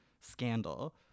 scandal